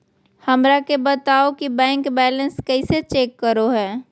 हमरा के बताओ कि बैंक बैलेंस कैसे चेक करो है?